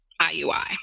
IUI